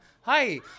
Hi